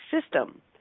system